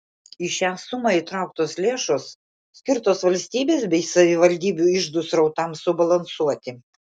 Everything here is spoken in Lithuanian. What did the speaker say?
į šią sumą įtrauktos lėšos skirtos valstybės bei savivaldybių iždų srautams subalansuoti